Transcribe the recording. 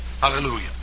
Hallelujah